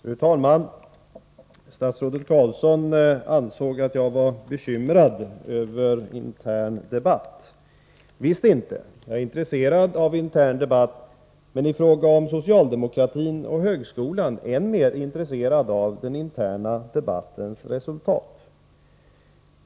Fru talman! Statsrådet Carlsson ansåg att jag var bekymrad över interndebatter i politiska partier. Visst inte — jag är intresserad av interndebatter, och i fråga om socialdemokratin och högskolan särskilt intresserad av den interna debattens resultat.